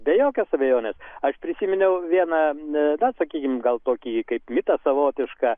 be jokios abejonės aš prisiminiau vieną na sakykim gal tokį kaip mitą savotišką